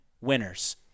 winners